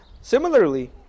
similarly